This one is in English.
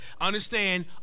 Understand